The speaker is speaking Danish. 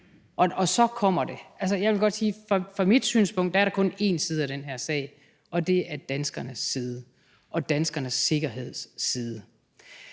Og så kommer det. Altså, jeg vil godt sige, at der fra mit synspunkt kun er én side af den her sag, og det er danskernes side og danskernes sikkerheds side.